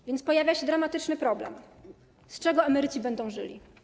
A więc pojawia się dramatyczny problem: z czego emeryci będą żyli?